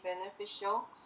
beneficial